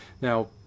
Now